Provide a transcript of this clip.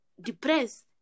depressed